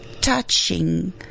touching